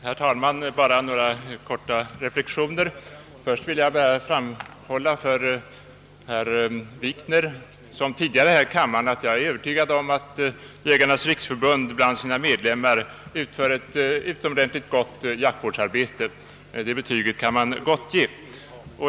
Herr talman! Bara några korta reflexioner. Först vill jag liksom tidigare här i kammaren för herr Wikner framhålla att jag är övertygad om att Jägarnas riksförbund bland sina medlemmar utför ett utomordentligt gott jakt vårdsarbete. Det betyget kan man gott ge.